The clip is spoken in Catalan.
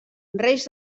reis